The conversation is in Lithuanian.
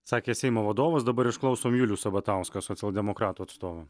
sakė seimo vadovas dabar išklausom julių sabatauską socialdemokratų atstovą